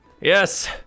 Yes